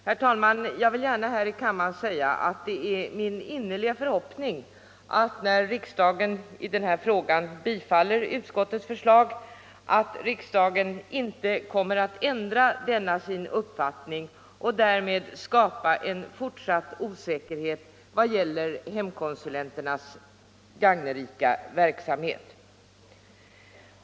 Herr talman, jag vill gärna här i kammaren säga att det är min innerliga förhoppning att riksdagen, när den i den här frågan bifaller utskottets förslag, inte kommer att ändra denna sin uppfattning och därmed skapa en fortsatt osäkerhet vad gäller hemkonsulenternas gagnerika verksamhet.